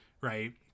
right